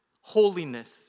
holiness